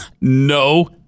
No